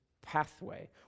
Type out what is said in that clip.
pathway